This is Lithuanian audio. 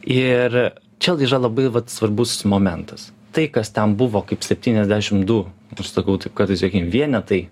ir čia yra labai svarbus momentas tai kas ten buvo kaip septyniasdešim du kaip aš sakau taip kartais juoking vienetai